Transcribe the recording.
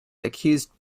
accused